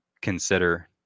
consider